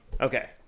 okay